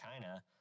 China